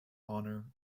honour